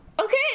okay